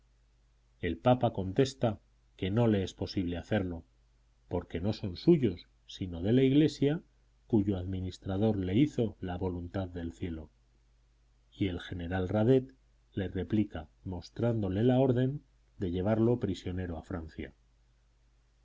el papa contesta que no le es posible hacerlo porque no son suyos sino de la iglesia cuyo administrador le hizo la voluntad del cielo y el general radet le replica mostrándole la orden de llevarlo prisionero a francia